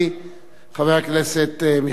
חבר הכנסת אלדד, בבקשה, אדוני.